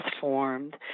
formed